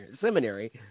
seminary